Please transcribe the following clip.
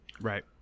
right